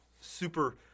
super